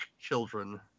children